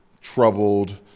troubled